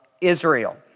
Israel